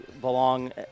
belong